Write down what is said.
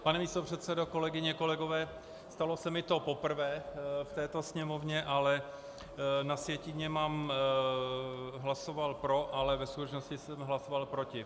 Pane místopředsedo, kolegyně, kolegové, stalo se mi to poprvé v této Sněmovně, ale na sjetině mám, že jsem hlasoval pro, ale ve skutečnosti jsem hlasoval proti.